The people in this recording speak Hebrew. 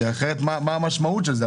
כי אחרת מה המשמעות של זה?